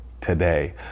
Today